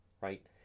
right